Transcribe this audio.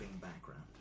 background